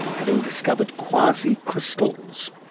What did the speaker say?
having discovered quasicrystals.